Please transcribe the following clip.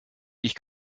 ich